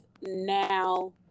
now